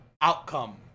outcome